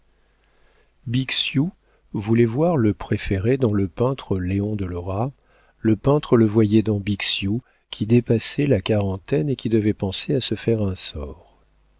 bixiou voulut voir le préféré dans le peintre léon de lora le peintre le voyait dans bixiou qui dépassait la quarantaine et qui devait penser à se faire un sort